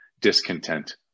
discontent